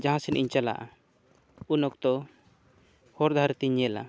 ᱡᱟᱦᱟᱸ ᱥᱮᱫ ᱤᱧ ᱪᱟᱞᱟᱜᱼᱟ ᱩᱱ ᱚᱠᱛᱚ ᱦᱚᱨ ᱫᱷᱟᱨᱮ ᱛᱤᱧ ᱧᱮᱞᱟ